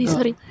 Sorry